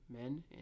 men